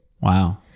wow